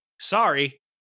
Sorry